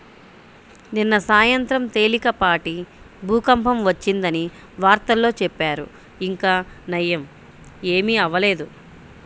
నిన్న సాయంత్రం తేలికపాటి భూకంపం వచ్చిందని వార్తల్లో చెప్పారు, ఇంకా నయ్యం ఏమీ అవ్వలేదు